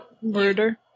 Murder